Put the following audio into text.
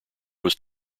was